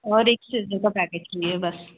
और एक सिज़र का पैकेट चाहिए बस